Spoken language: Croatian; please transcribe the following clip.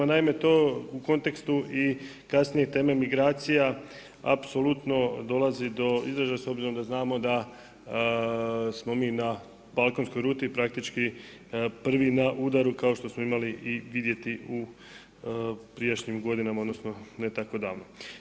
Naime, to u kontekstu i kasnije tema migracija apsolutno dolazi do izražaja s obzirom da smo mi na na balkanskoj ruti i praktički prvi na udaru, kao što smo imali i vidjeti u prijašnjim godinama, odnosno, ne tako davno.